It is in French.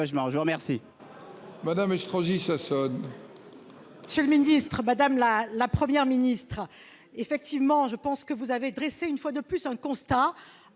Madame Estrosi Sassone. Monsieur le Ministre, madame la la Première ministre, effectivement je pense que vous avez dressé une fois de plus un constat